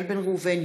איל בן ראובן,